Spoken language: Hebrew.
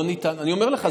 לא ניתן, אני אומר לך.